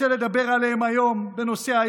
על ארבעה דברים אני רוצה לדבר היום בנושא האי-אמון.